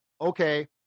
okay